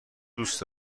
دوست